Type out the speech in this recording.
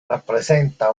rappresenta